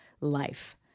life